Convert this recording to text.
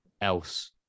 else